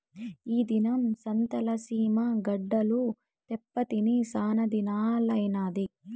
ఈ దినం సంతల సీమ గడ్డలు తేప్పా తిని సానాదినాలైనాది